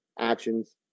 actions